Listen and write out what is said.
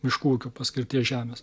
miškų ūkio paskirties žemės